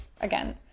again